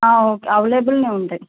ఆ అవైలబుల్గా ఉంటాయి